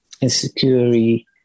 insecurity